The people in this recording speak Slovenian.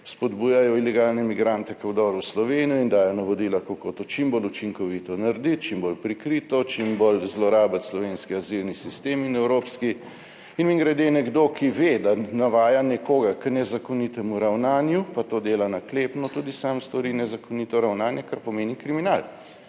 spodbujajo ilegalne migrante k vdoru v Slovenijo in dajejo navodila, kako to čim bolj učinkovito narediti, čim bolj prikrito, čim bolj zlorabiti slovenski azilni sistem in evropski. Mimogrede, nekdo ki ve, da navaja nekoga k nezakonitemu ravnanju, pa to dela naklepno tudi sam stori nezakonito ravnanje, kar pomeni kriminal.